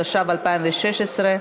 התשע"ו 2016,